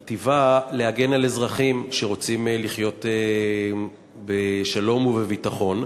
כי טיבה להגן על אזרחים שרוצים לחיות בשלום ובביטחון,